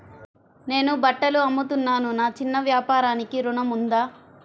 నేను బట్టలు అమ్ముతున్నాను, నా చిన్న వ్యాపారానికి ఋణం ఉందా?